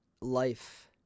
Life